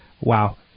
Wow